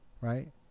Right